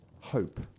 hope